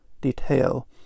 detail